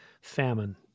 famine